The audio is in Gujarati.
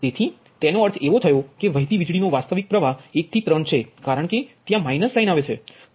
તેથી તેનો અર્થ એ વો થયો કે વહેતી વીજળીનો વાસ્તવિક પ્ર્વાહ 1 થી 3 છે કારણ કે ત્યા માઇનસ સાઇન આવે છે